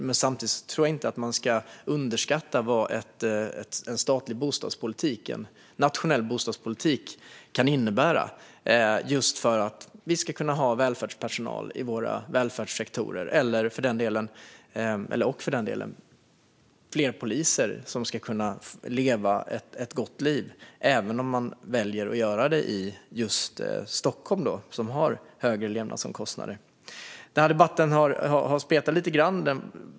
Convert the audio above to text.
Men jag tror inte att man ska underskatta vad en statlig, nationell bostadspolitik kan göra för att vi ska få personal till välfärdssektorerna och för att fler poliser ska kunna leva ett gott liv, även om de väljer att göra det i just Stockholm som ju har högre levnadsomkostnader. Den här debatten har spretat lite grann.